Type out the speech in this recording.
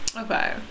Okay